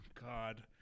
God